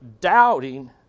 doubting